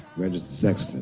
registered sex